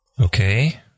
Okay